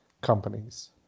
companies